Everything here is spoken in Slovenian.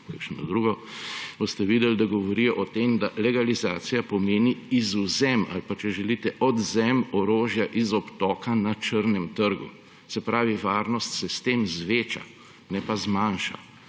kakšno drugo, boste videli, da govorijo o tem, da legalizacija pomeni izvzem ali pa, če želite, odvzem orožja iz obtoka na črnem trgu. Se pravi, varnost se s tem poveča, ne pa zmanjša.